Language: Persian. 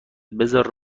بذار